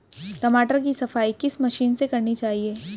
टमाटर की सफाई किस मशीन से करनी चाहिए?